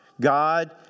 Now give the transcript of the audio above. God